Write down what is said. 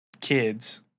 kids